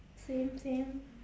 same same